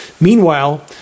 Meanwhile